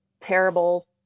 terrible